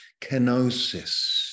kenosis